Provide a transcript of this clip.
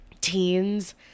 teens